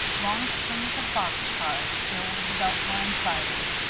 long strings of box cars filled the belt line sidings,